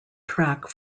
track